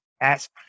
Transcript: ask